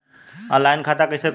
Online खाता कइसे खुली?